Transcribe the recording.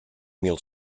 mil